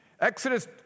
Exodus